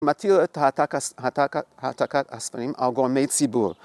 מטיל את ההעתקת הספרים על גורמי ציבור